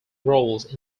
roles